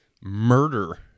murder